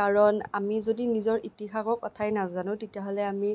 কাৰণ আমি যদি নিজৰ ইতিহাসক কথাই নাজানো তেতিয়াহ'লে আমি